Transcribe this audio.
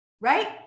Right